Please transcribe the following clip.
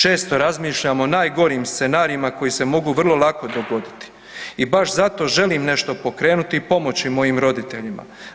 Često razmišljam o najgorim scenarijima koji se mogu vrlo lako dogoditi i baš zato želim nešto pokrenuti i pomoći mojim roditeljima.